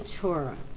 Torah